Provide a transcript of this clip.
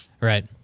Right